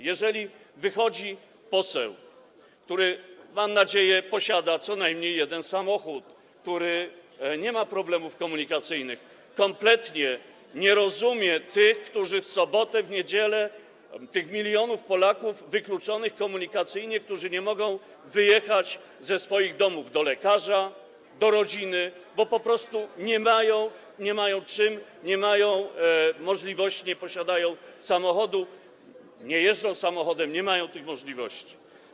Jeżeli wychodzi poseł, który, mam nadzieję, posiada co najmniej jeden samochód, z którym nie ma problemów komunikacyjnych, kompletnie nie rozumie tych, którzy w sobotę, w niedzielę... tych milionów Polaków wykluczonych komunikacyjnie, którzy nie mogą wyjechać ze swoich domów do lekarza, do rodziny, bo po prostu nie mają czym, nie mają takiej możliwości, nie posiadają samochodu, nie jeżdżą samochodem, nie mają tych możliwości.